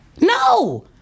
No